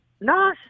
No